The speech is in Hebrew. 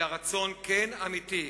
אלא רצון כן ואמיתי,